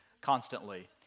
constantly